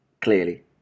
clearly